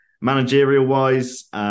managerial-wise